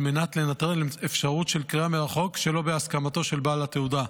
על מנת לנטרל אפשרות של קריאה מרחוק שלא בהסכמתו של בעל התעודה.